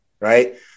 Right